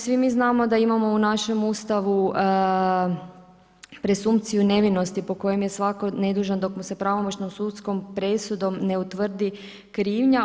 Svi mi znamo da imamo u našem Ustavu presumpciju nevinosti po kojem je svatko nedužan dok mu se pravomoćnom sudskom presudom ne utvrdi krivnja.